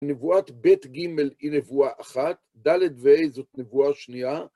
נבואת ב' ג' היא נבואה אחת, ד' ו-ה' זאת נבואה שנייה.